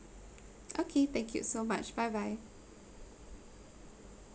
okay thank you so much bye bye